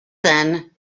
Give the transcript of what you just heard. then